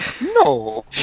No